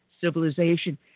civilization